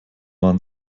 waren